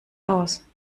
aus